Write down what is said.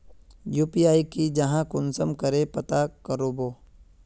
UPI की जाहा कुंसम करे पता करबो?